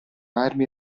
armi